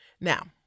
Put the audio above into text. Now